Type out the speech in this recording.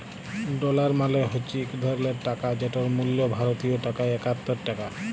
dollar মালে হছে ইক ধরলের টাকা যেটর মূল্য ভারতীয় টাকায় একাত্তর টাকা